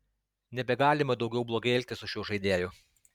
nebegalima daugiau blogai elgtis su šiuo žaidėju